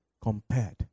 compared